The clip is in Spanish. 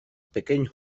pequeño